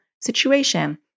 situation